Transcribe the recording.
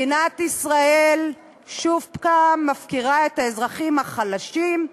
מדינת ישראל שוב הפעם מפקירה את האזרחים החלשים,